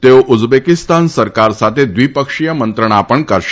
તેઓ ઉઝબેકીસ્તાન સરકાર સાથે દ્વિપક્ષીય મંત્રણા પણ કરશે